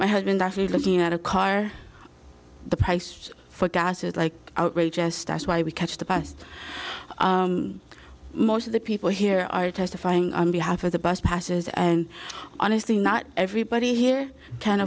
my husband after looking at a car the price for gas is like outrageous stats why we catch the past most of the people here are testifying on behalf of the bus passes and honestly not everybody here can